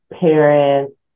parents